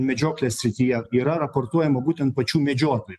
medžioklės srityje yra raportuojama būtent pačių medžiotojų